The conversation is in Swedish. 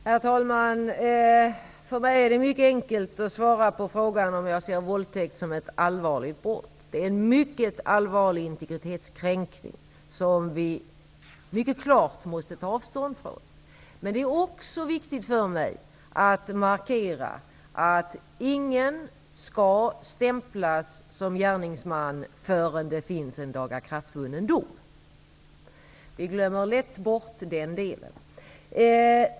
Herr talman! För mig är det mycket enkelt att svara på frågan om jag ser våldtäkt som ett allvarligt brott. Det är en mycket allvarlig integritetskränkning, som vi klart måste ta avstånd från. Men det är också viktigt för mig att markera att ingen skall stämplas som gärningsman förrän det finns en lagakraftvunnen dom. Vi glömmer lätt bort den delen.